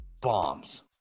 Bombs